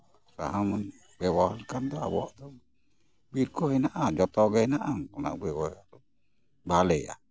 ᱥᱟᱦᱟᱱ ᱵᱮᱵᱚᱦᱟᱨ ᱞᱮᱠᱷᱟᱱ ᱫᱚ ᱟᱵᱚᱣᱟᱜ ᱫᱚ ᱵᱤᱨ ᱠᱚ ᱢᱮᱱᱟᱜᱼᱟ ᱡᱚᱛᱚ ᱜᱮ ᱦᱮᱱᱟᱜᱼᱟ ᱚᱱᱟ ᱵᱮᱵᱚᱦᱟᱨ ᱵᱷᱟᱞᱮᱭᱟ